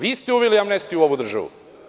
Vi ste uveli amnestiju u ovu državu.